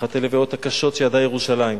באחת הלוויות הקשות שידעה ירושלים,